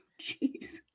Jeez